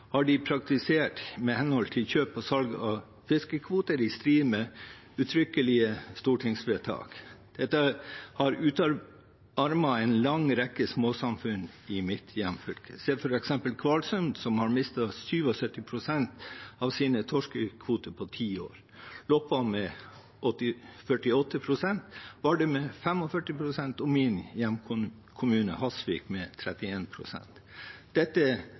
av fiskekvoter, praktisert i strid med uttrykkelige stortingsvedtak. Dette har utarmet en lang rekke småsamfunn i mitt hjemfylke. Se f.eks. på Kvalsund, som har mistet 77 pst. av sine torskekvoter på ti år, Loppa med 48 pst., Vardø med 45 pst. og min hjemkommune Hasvik med 31 pst. Dette